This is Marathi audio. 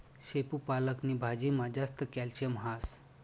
शेपू पालक नी भाजीमा जास्त कॅल्शियम हास